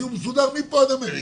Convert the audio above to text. כי הוא מסודר מפה ועד אמריקה,